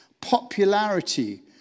popularity